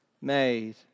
made